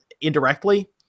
indirectly